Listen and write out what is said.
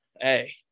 Hey